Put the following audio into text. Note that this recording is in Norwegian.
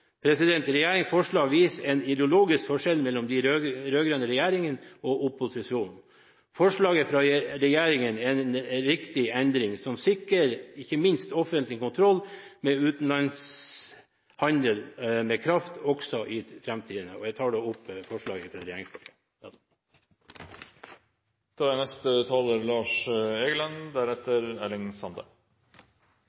Regjeringens forslag viser en ideologisk forskjell mellom den rød-grønne regjeringen og opposisjonen. Forslaget fra regjeringen er en riktig endring som ikke minst sikrer offentlig kontroll med utenlandshandel med kraft også i